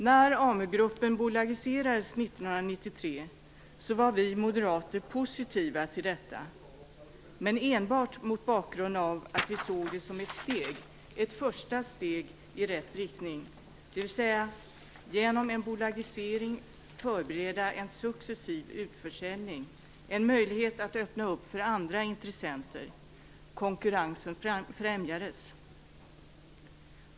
1993, när Amu-gruppen bolagiserades, var vi moderater positiva till detta, men enbart mot bakgrund av att vi såg det som ett första steg i rätt riktning - dvs. att genom en bolagisering förbereda en successiv utförsäljning, en möjlighet att öppna för andra intressenter. Konkurrensen främjades.